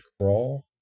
Crawl